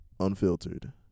Unfiltered